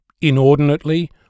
Inordinately